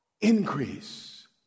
increase